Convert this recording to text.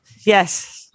Yes